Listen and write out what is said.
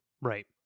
right